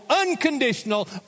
unconditional